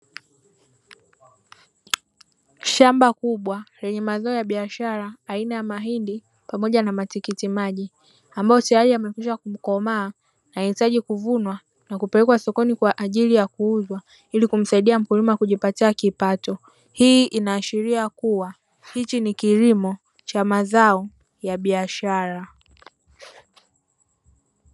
Shamba kubwa lenye mazao ya biashara aina ya mahindi pamoja na matikiti maji ambayo teyari yamekwisha kukomaa na yanahitaji kuvunwa na kupelekwa sokoni kwa ajili ya kuuzwa ili kumsaidia mkulima kujipatia kipato. Hii inaashiria kuwa hichi ni kilimo cha mazao ya biashara.